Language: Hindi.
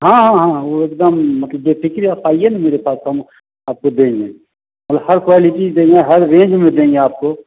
हाँ हाँ हाँ वो एकदम मतलब बेफिक्री आप आइए न मेरे पास तो हम आपको देंगे और हर क्वालिटी देंगे हर रेंज में देंगे आपको